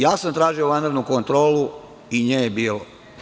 Ja sam tražio vanrednu kontrolu i nje je bilo.